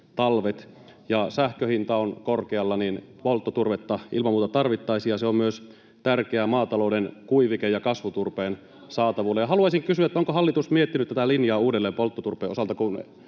sähkön hinta on korkealla, polttoturvetta ilman muuta tarvittaisiin, ja se on myös tärkeää maatalouden kuivike- ja kasvuturpeen saatavuudelle. Haluaisin kysyä: onko hallitus miettinyt tätä linjaa uudelleen polttoturpeen osalta, kun